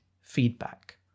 feedback